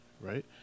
right